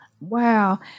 Wow